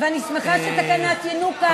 אני שמחה שתקנת ינוקא,